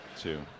Two